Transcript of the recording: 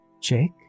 Jake